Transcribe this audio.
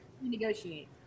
negotiate